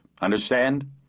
Understand